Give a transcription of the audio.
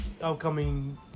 upcoming